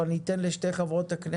אבל אני אתן לפני כן לשתי חברות הכנסת